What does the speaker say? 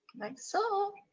like so.